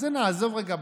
את זה נעזוב רגע בצד,